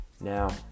Now